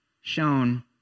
shown